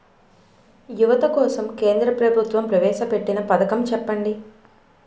యువత కోసం కేంద్ర ప్రభుత్వం ప్రవేశ పెట్టిన పథకం చెప్పండి?